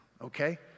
okay